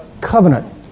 Covenant